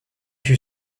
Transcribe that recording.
fut